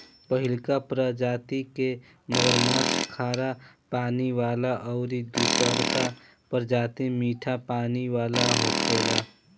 पहिलका प्रजाति के मगरमच्छ खारा पानी वाला अउरी दुसरका प्रजाति मीठा पानी वाला होखेला